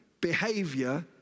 behavior